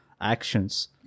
actions